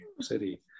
City